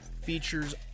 features